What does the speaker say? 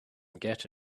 get